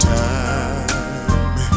time